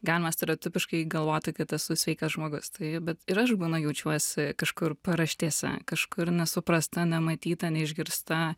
galima stereotipiškai galvoti kad esu sveikas žmogus tai bet ir aš būna jaučiuosi kažkur paraštėse kažkur nesuprasta nematyta neišgirsta